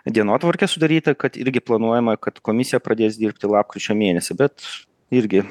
dienotvarkė sudaryta kad irgi planuojama kad komisija pradės dirbti lapkričio mėnesį bet irgi